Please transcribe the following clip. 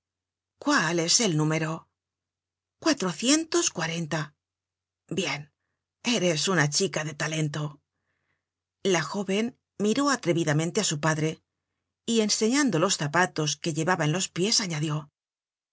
cuál es el número cuatrocientos cuarenta bien eres una chica de talento la jóven miró atrevidamente á su padre y enseñando los zapatos que llevaba en los pies añadió